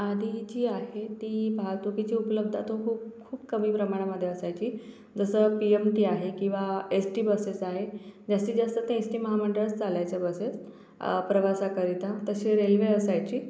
आधीची आहे ती वाहतुकीची उपलब्ध तो खूप खूप कमी प्रमाणामध्ये असायची जसं पी एम टी आहे किंवा एस टी बसेस आहे जास्तीत जास्त ते एस टी महामंडळंच चालायचं बसेस प्रवासाकरिता तसे रेल्वे असायची